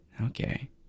Okay